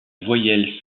voyelles